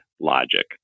logic